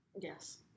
Yes